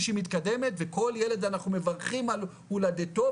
שהיא מתקדמת וכל ילד אנחנו מברכים על הולדתו,